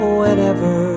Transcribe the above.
Whenever